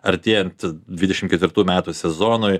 artėjant dvidešimt ketvirtų metų sezonui